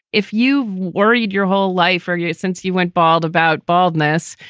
if you worried your whole life or you since you went bald about baldness.